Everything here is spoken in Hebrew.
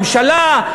ממשלה,